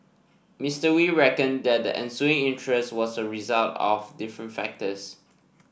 Mister Wee reckoned that the ensuing interest was a result of different factors